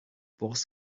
was